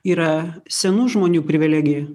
yra senų žmonių privilegija